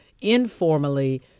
informally